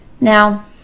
now